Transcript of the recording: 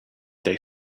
they